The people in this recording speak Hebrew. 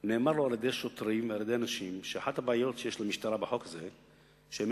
אמרו לו שוטרים ואנשים שאחת הבעיות שיש למשטרה בחוק הזה היא שהם